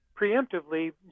preemptively